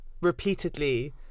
repeatedly